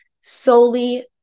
solely